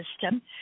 system